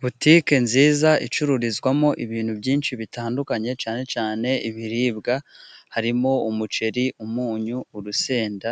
Botike nziza icururizwamo ibintu byinshi bitandukanye cyane cyane ibiribwa harimo umuceri, umunyu, urusenda